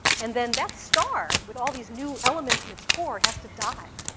and then that star, with all these new elements in its core, has to die.